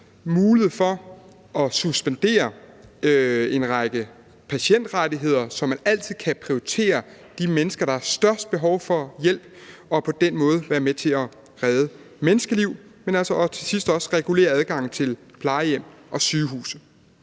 mulighed for at suspendere en række patientrettigheder, så man altid kan prioritere de mennesker, der har størst behov for hjælp, og på den måde være med til at redde menneskeliv, og til sidst også at regulere adgangen til plejehjem og sygehuse.